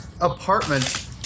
apartment